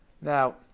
Now